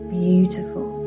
beautiful